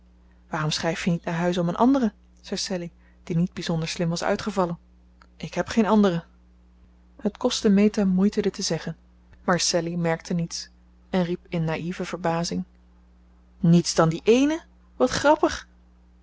waarom schrijf je niet naar huis om een andere zei sallie die niet bijzonder slim was uitgevallen ik heb geen andere het kostte meta moeite dit te zeggen maar sallie merkte niets en riep in naïve verbazing niets dan die eene wat grappig